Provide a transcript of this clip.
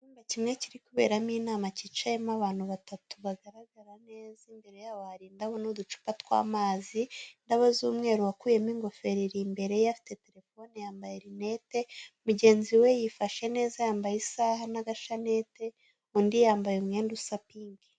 Icyumba kimwe kuri kuberamo Inama, cyicayemo abantu batatu bagaragara neza. Imbere yabo hari indabo n'uducupa tw'amazi, indabo z'umweru. Uwakuyemo ingofero iri imbere ye afite telefoni, yambaye lunette. Mugenzi we yifashe neza yambaye isaha n'agashaneti, undi yambaye umwenda usa pink.